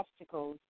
obstacles